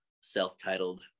self-titled